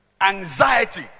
Anxiety